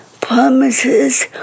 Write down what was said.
promises